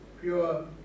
pure